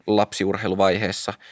lapsiurheiluvaiheessa